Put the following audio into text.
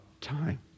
time